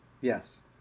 Yes